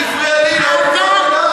היא הפריעה לי, לא הפרעתי לה.